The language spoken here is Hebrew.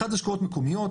אחד זה השקעות מקומיות,